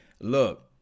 Look